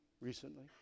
recently